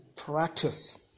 Practice